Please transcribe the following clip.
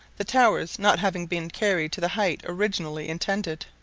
the towers not having been carried to the height originally intended.